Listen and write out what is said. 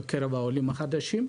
בקרב העולים החדשים,